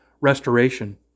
restoration